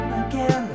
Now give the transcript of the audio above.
again